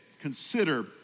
Consider